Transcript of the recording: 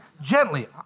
Gently